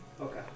Okay